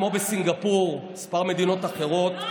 כמו בסינגפור ובכמה מדינות אחרות,